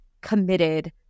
committed